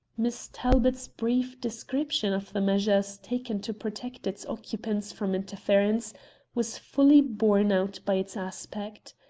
miss talbot's brief description of the measures taken to protect its occupants from interference was fully borne out by its aspect.